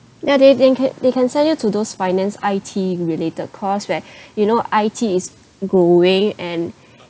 ya they they can they can send you to those finance I_T-related course where you know I_T is growing and